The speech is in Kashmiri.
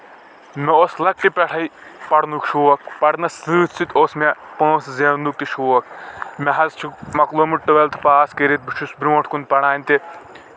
مےٚ اوس لۄکٹہِ پٮ۪ٹھَے پَرنُک شوق پرنَس سۭتۍ سۭتۍ اوس مےٚ پونٛسہٕ زینہٕ نُک تہِ شوق مےٚ حظ چھُ مۄکلومُت ٹُویٚلتھ پاس کٔرِتھ بہٕ چھُس بروٚنٛہہ کُن پران تہِ